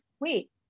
wait